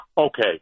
okay